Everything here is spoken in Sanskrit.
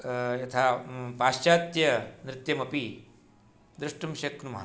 यथा पाश्चात्यनृत्यमपि द्रष्टुं शक्नुमः